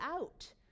out